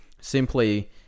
simply